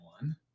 one